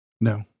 No